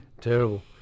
Terrible